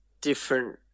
different